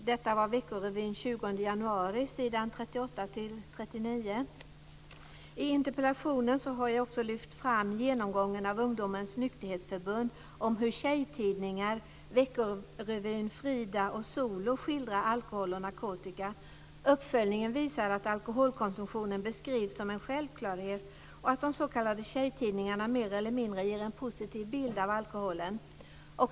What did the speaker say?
Det är s. 38-39 i I interpellationen har jag också lyft fram genomgången av Ungdomens Nykterhetsförbund om hur tjejtidningarna Vecko Revyn, Frida och Solo skildrar alkohol och narkotika. Uppföljningen visar att alkoholkonsumtionen beskrivs som en självklarhet och att de s.k. tjejtidningarna mer eller mindre ger en positiv bild av alkoholen.